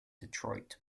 detroit